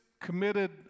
committed